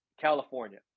California